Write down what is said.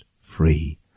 free